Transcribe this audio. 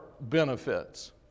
benefits